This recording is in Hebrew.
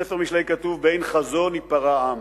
בספר משלי כתוב: "באין חזון יפרע עם".